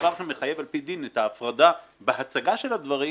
דבר שמחייב על פי דין, את ההפרדה בהצגה של הדברים,